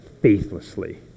faithlessly